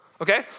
okay